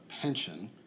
pension